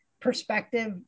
perspective